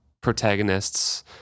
protagonists